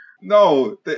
No